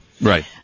Right